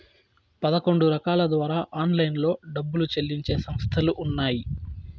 పదకొండు రకాల ద్వారా ఆన్లైన్లో డబ్బులు చెల్లించే సంస్థలు ఉన్నాయి